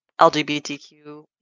LGBTQ